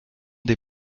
des